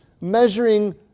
measuring